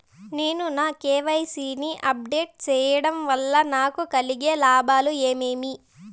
నేను నా కె.వై.సి ని అప్ డేట్ సేయడం వల్ల నాకు కలిగే లాభాలు ఏమేమీ?